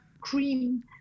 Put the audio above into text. cream